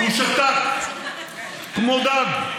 וגם כאן היו רדיפות של יהודים,